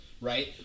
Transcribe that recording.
right